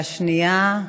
והשנייה,